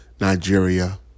Nigeria